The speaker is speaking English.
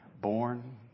born